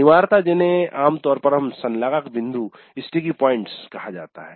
अनिवार्यतः जिन्हें आम तौर पर संलागक बिंदु कहा जाता है